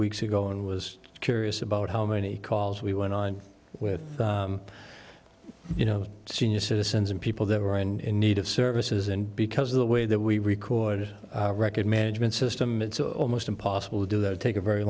weeks ago and was curious about how many calls we went on with you know senior citizens and people that were in need of services and because of the way that we recorded record management system it's almost impossible to do that take a very